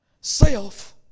self